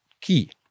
key